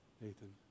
Nathan